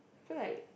feel like